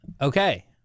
Okay